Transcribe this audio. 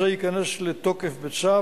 יציג את החוק השר לנדאו,